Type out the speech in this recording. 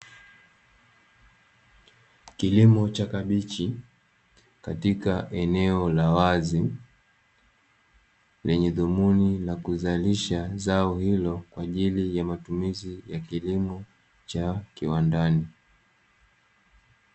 Kilimo cha kabichi katika eneo la wazi lenye dhumuni la kuzalisha zao hilo, kwa ajili ya matumizi ya kilimo cha kiwandani.